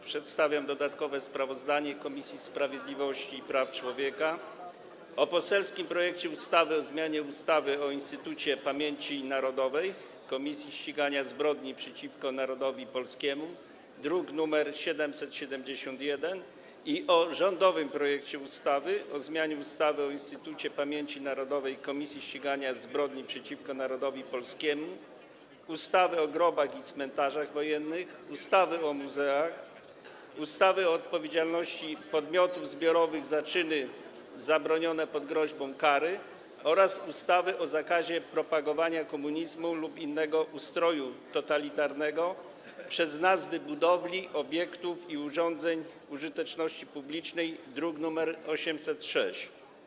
Przedstawiam dodatkowe sprawozdanie Komisji Sprawiedliwości i Praw Człowieka o poselskim projekcie ustawy o zmianie ustawy o Instytucie Pamięci Narodowej - Komisji Ścigania Zbrodni przeciwko Narodowi Polskiemu, druk nr 771, i o rządowym projekcie ustawy o zmianie ustawy o Instytucie Pamięci Narodowej - Komisji Ścigania Zbrodni przeciwko Narodowi Polskiemu, ustawy o grobach i cmentarzach wojennych, ustawy o muzeach, ustawy o odpowiedzialności podmiotów zbiorowych za czyny zabronione pod groźbą kary oraz ustawy o zakazie propagowania komunizmu lub innego ustroju totalitarnego przez nazwy budowli, obiektów i urządzeń użyteczności publicznej, druk nr 806.